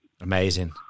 Amazing